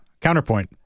counterpoint